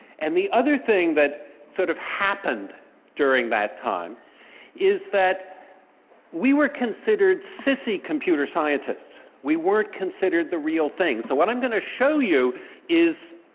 and the other thing that sort of happened during that time is that we were considered sissy computer scientists. we weren't considered the real thing. so what i'm going to show you is,